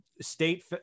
state